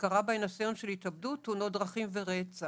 שקרה בהן אסון של התאבדות, תאונות דרכים ורצח.